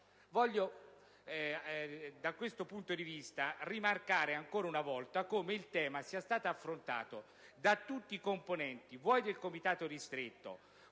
Da questo punto di vista, voglio rimarcare ancora una volta come il tema sia stato affrontato da tutti i componenti del Comitato ristretto